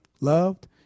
loved